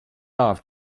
off